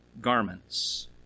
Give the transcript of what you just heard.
garments